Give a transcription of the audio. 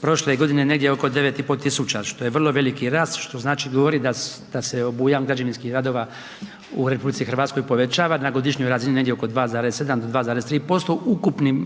prošle godine negdje oko 9500 što je vrlo veliki rast, što znači govori da se obujam građevinskih radova u RH povećava na godišnjoj razini negdje oko 2,7 do 2,3% ukupnim